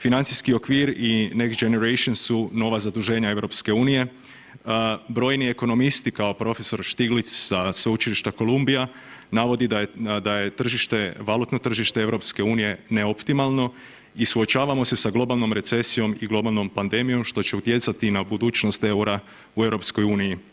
Financijski okvir i Next Generation su nova zaduženja EU, brojni ekonomisti kao profesor Štiglić sa sveučilišta Kolumbija navodi da tržište, valutno tržište EU neoptimalno i suočavamo se sa globalnom recesijom i globalnom pandemijom što će utjecati na budućnost EUR-a u EU.